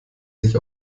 sich